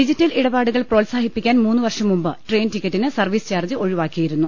ഡിജി റ്റൽ ഇടപാടുകൾ പ്രോത്സാഹിപ്പിക്കാൻ മൂന്ന് വർഷംമുമ്പ് ട്രെയിൻ ടിക്ക റ്റിന് സർവീസ് ചാർജ് ഒഴിവാക്കിയിരുന്നു